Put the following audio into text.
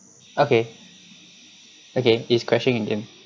okay okay its crashing again